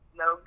no